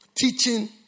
Teaching